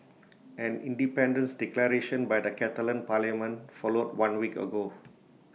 an independence declaration by the Catalan parliament followed one week ago